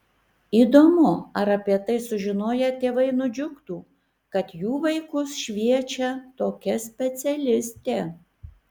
įdomu ar apie tai sužinoję tėvai nudžiugtų kad jų vaikus šviečia tokia specialistė